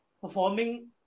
performing